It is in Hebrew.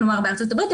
כלומר בארצות הברית,